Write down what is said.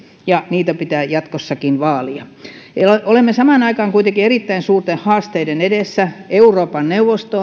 ja niitä pitää jatkossakin vaalia olemme samaan aikaan kuitenkin erittäin suurten haasteiden edessä euroopan neuvosto